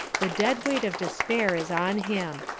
the dead weight of despair is on him.